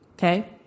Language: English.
Okay